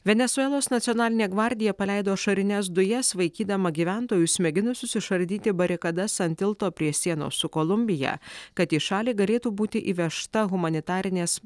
venesuelos nacionalinė gvardija paleido ašarines dujas vaikydama gyventojus mėginusius išardyti barikadas ant tilto prie sienos su kolumbija kad į šalį galėtų būti įvežta humanitarinės